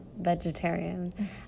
vegetarian